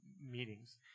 meetings